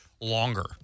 Longer